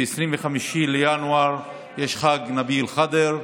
ב-25 בינואר יש חג הנביא אל-ח'דר,